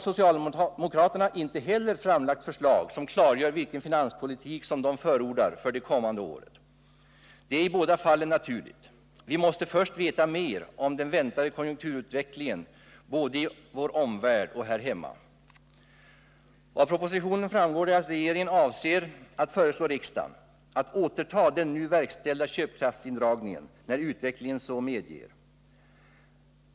Socialdemokraterna har inte heller framlagt förslag som klargör vilken finanspolitik de förordar för det kommande året. Det är i båda fallen naturligt. Vi måste först veta mera om den väntade konjunkturutvecklingen både i vår omvärld och här hemma. Av propositionen framgår att regeringen avser att föreslå riksdagen att återta den nu verkställda köpkraftsindragningen när utvecklingen så medger.